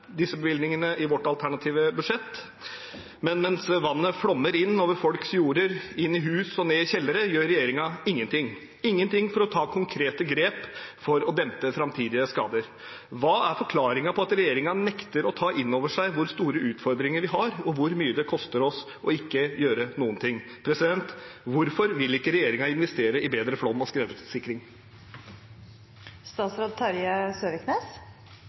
over folks jorder, inn i hus og ned i kjellere, gjør regjeringen ingenting – ingenting for å ta konkrete grep for å dempe framtidige skader. Hva er forklaringen på at regjeringen nekter å ta inn over seg hvor store utfordringer vi har, og hvor mye det koster oss ikke å gjøre noe? Hvorfor vil ikke regjeringen investere i bedre flom- og